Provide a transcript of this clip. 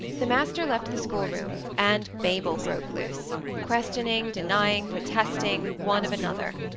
the master left the schoolroom, and babel broke loose questioning, denying, protesting, one of another.